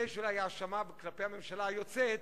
בזה יש אולי האשמה כלפי הממשלה היוצאת,